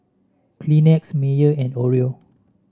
Kleenex Mayer and Oreo